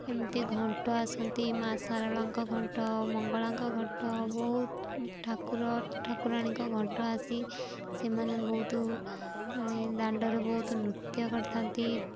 ଏମିତି ଘଣ୍ଟ ଆସନ୍ତି ମାଆ ସାରଳାଙ୍କ ଘଣ୍ଟ ମଙ୍ଗଳାଙ୍କ ଘଣ୍ଟ ବହୁତ ଠାକୁର ଠାକୁରାଣୀଙ୍କ ଘଣ୍ଟ ଆସି ସେମାନେ ବହୁତ ମାନେ ଦାଣ୍ଡରେ ବହୁତ ନୃତ୍ୟ କରିଥାନ୍ତି